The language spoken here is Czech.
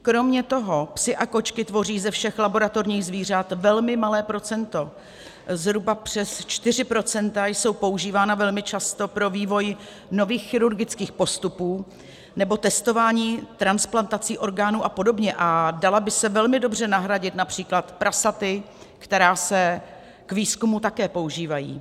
Kromě toho psi a kočky tvoří ze všech laboratorních zvířat velmi malé procento, zhruba přes 4 procenta jsou používána velmi často pro vývoj nových chirurgických postupů nebo testování transplantací orgánů a podobně, a dala by se velmi dobře nahradit například prasaty, která se k výzkumu také používají.